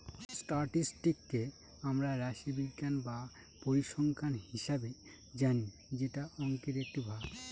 স্ট্যাটিসটিককে আমরা রাশিবিজ্ঞান বা পরিসংখ্যান হিসাবে জানি যেটা অংকের একটি ভাগ